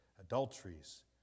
adulteries